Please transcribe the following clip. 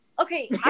Okay